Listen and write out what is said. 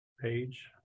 page